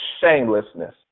shamelessness